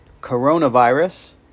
Coronavirus